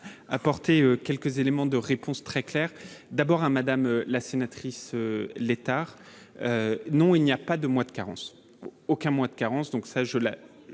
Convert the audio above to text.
apporter quelques éléments de réponse très claire d'abord un madame la sénatrice l'non, il n'y a pas de mois de carence aucun moins de carence, donc ça je l'ai